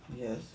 Yes